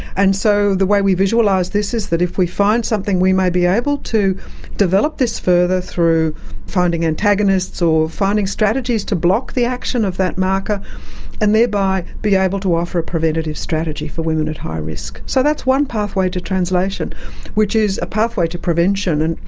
and so the way we visualise this is that if we find something, we may be able to develop this further through finding antagonists or finding strategies to block the action of that marker and thereby be able to offer a preventative strategy for women at high risk. so that's one pathway to translation which is a pathway to prevention, and